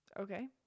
Okay